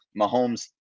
Mahomes